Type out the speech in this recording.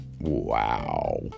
Wow